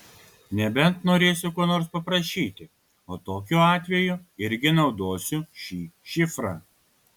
nebent norėsiu ko nors paprašyti o tokiu atveju irgi naudosiu šį šifrą